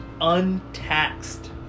untaxed